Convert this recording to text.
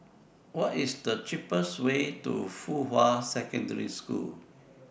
What IS The cheapest Way to Fuhua Secondary School